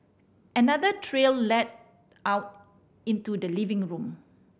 another trail led out into the living room